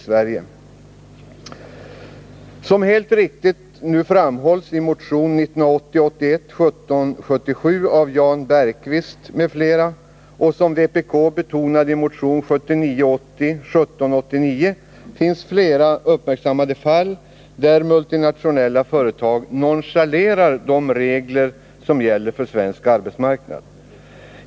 Som helt riktigt framhålls i motion 1980 80:1789 finns det flera uppmärksammade fall där multinationella företag nonchalerar de regler som gäller för svensk arbetsmarknad.